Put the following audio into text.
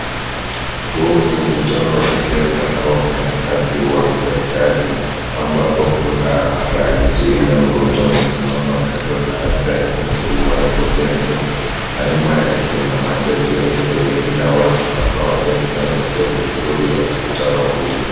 Huu ni mkutano wa kisiasa. Hawa wafanyikazi wa kiserikali ambapo Kuna raisi William Ruto amesimama kando na jaji mkuu wa koti ya Kenya. Na nyuma yake kuna majaji wengine wengi na watu ambao ni wengi sana wamekuja kuhudhuria mkutano huu.